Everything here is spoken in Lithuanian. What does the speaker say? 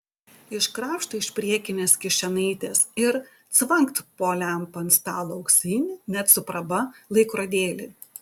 iškrapšto iš priekinės kišenaitės ir cvangt po lempa ant stalo auksinį net su praba laikrodėlį